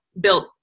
built